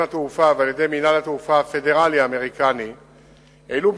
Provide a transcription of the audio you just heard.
התעופה ועל-ידי מינהל התעופה הפדרלי האמריקני העלו,